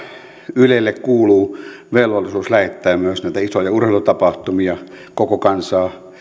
ylelle kuuluu myös velvollisuus lähettää isoja urheilutapahtumia koko kansaa